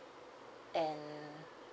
and